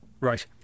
Right